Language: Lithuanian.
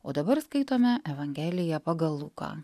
o dabar skaitome evangeliją pagal luką